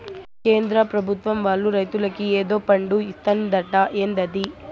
కేంద్ర పెభుత్వం వాళ్ళు రైతులకి ఏదో ఫండు ఇత్తందట ఏందది